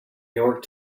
york